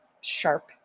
sharp